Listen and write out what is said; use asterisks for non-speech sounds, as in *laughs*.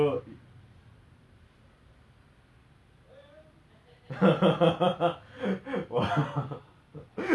if there's if there was a like a~ if there was a superhero for music I think it would be you man *laughs* music man arun